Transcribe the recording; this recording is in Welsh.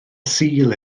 sul